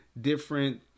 different